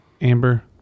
amber